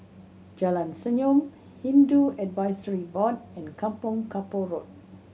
Jalan Senyum Hindu Advisory Board and Kampong Kapor Road